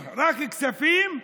רק כספים,